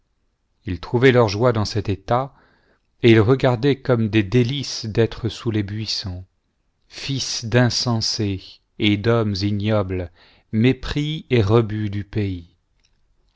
ils trouvaient leur joie dans cet état et ils regardaient comme des délices d'être sous les buissons fils d'insensés et d'hommes ignobles mépris et rebut du pays